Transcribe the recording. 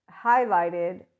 highlighted